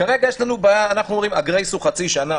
כשעושים את ההגבלה פעם אחת,